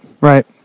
Right